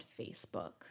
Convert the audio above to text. Facebook